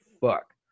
fuck